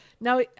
Now